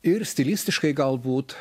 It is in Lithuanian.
ir stilistiškai galbūt